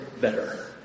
better